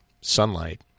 sunlight